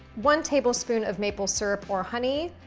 one tablespoon of maple syrup or honey,